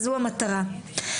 זו המטרה.